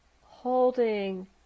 holding